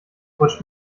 rutsch